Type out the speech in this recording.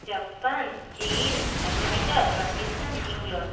Japan China America Pakistan England